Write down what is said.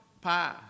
pie